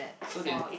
so they